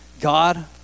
God